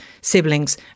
siblings